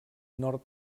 nord